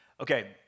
Okay